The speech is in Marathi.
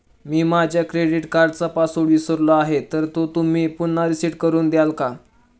मी माझा क्रेडिट कार्डचा पासवर्ड विसरलो आहे तर तुम्ही तो पुन्हा रीसेट करून द्याल का?